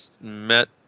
met